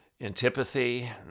antipathy